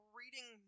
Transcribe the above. reading